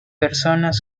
personas